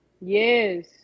Yes